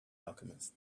alchemist